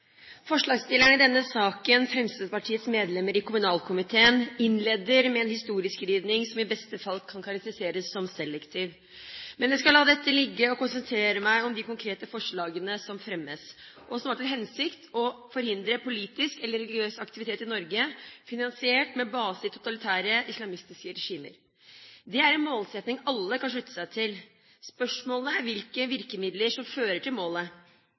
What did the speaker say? Forslagsstillerne i denne saken, Fremskrittspartiets medlemmer i kommunalkomiteen, innleder med en historieskrivning som i beste fall kan karakteriseres som selektiv. Men jeg skal la det ligge og konsentrere meg om de konkrete forslagene som fremmes, og som har til hensikt å forhindre politisk eller religiøs aktivitet i Norge finansiert med base i totalitære, islamistiske regimer. Det er en målsetting alle kan slutte seg til. Spørsmålet er hvilke virkemidler som fører til målet.